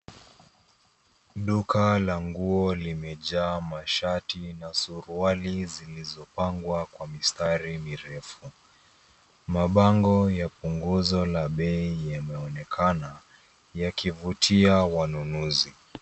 Duka la nguo limejaa mashati na suruali zilizopangwa kwa mistari mirefu, mabango ya punguzo la bei yameonekana yakivutia wanunuzi.